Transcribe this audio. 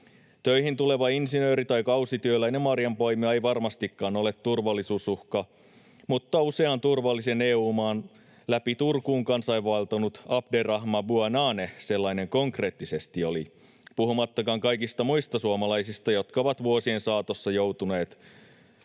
Töihin tuleva insinööri tai kausityöläinen marjanpoimija ei varmastikaan ole turvallisuusuhka, mutta usean turvallisen EU-maan läpi Turkuun kansainvaeltanut Abderrahman Bouanane sellainen konkreettisesti oli. Puhumattakaan kaikista muista suomalaisista, jotka ovat vuosien saatossa joutuneet